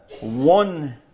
one